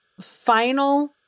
final